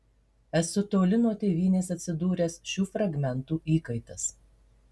esu toli nuo tėvynės atsidūręs šių fragmentų įkaitas